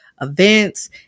events